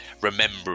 remember